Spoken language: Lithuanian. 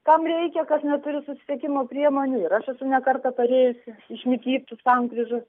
tam reikia kas neturi susisiekimo priemonių ir aš esu ne kartą parėjusi mikytų sankryžos